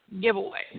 giveaway